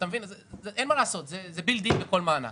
אין מה לעשות, זה מובנה בכל מענק.